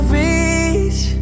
reach